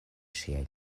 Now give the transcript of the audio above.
ŝiaj